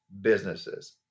businesses